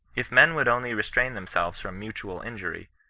if men would only restrain themselves from mutual injury,